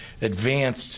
advanced